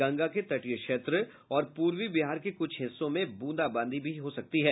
गंगा के तटीय क्षेत्र और पूर्वी बिहार के कुछ हिस्से में ब्रंदाबादी भी हो सकती है